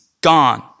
gone